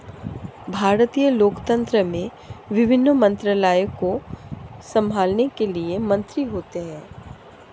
भारतीय लोकतंत्र में विभिन्न मंत्रालयों को संभालने के लिए मंत्री होते हैं